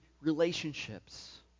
relationships